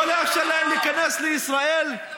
לא לאפשר להן להיכנס לישראל,